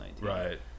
Right